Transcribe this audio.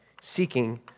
seeking